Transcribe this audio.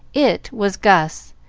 it was gus,